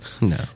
No